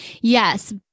Yes